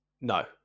No